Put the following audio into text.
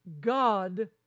God